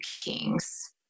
Kings